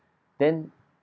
then